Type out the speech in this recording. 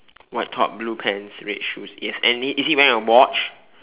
white top blue pants red shoes is any is he wearing a watch